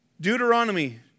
Deuteronomy